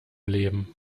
leben